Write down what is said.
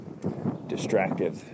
distractive